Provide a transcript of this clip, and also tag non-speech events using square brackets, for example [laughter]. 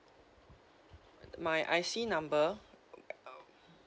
my I_C number [noise]